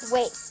Wait